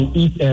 eat